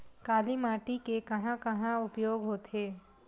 काली माटी के कहां कहा उपयोग होथे?